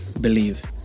believe